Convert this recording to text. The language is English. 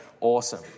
Awesome